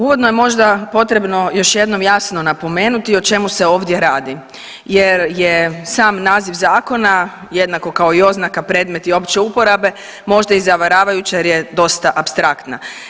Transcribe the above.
Uvodno je možda potrebno još jednom jasno napomenuti o čemu se ovdje radi jer je sam naziv zakona, jednako kao i oznaka predmeti opće uporabe možda i zavaravajuće jer je dosta apstraktna.